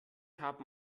haben